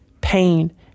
Pain